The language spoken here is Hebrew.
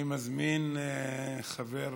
אני מזמין את חבר